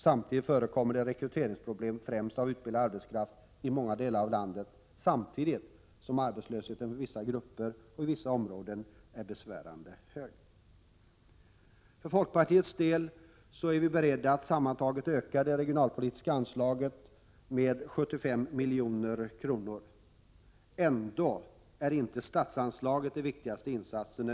Samtidigt förekommer det rekryteringsproblem, främst när det gäller utbildad arbetskraft, i många delar av landet, samtidigt som arbetslösheten för vissa grupper och i vissa områden är besvärande hög. Vi i folkpartiet är beredda att sammantaget öka det regionalpolitiska anslaget med 75 milj.kr. Ändå är inte statsanslaget den viktigaste insatsen.